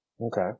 Okay